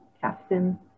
Captain